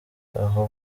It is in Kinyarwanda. aho